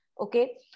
Okay